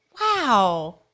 Wow